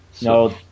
no